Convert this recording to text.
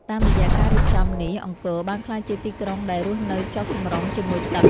តាមរយៈការរៀបចំនេះ អង្គរបានក្លាយជាទីក្រុងដែលរស់នៅចុះសម្រុងជាមួយទឹក។